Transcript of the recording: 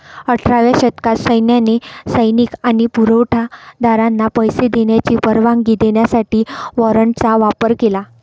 अठराव्या शतकात सैन्याने सैनिक आणि पुरवठा दारांना पैसे देण्याची परवानगी देण्यासाठी वॉरंटचा वापर केला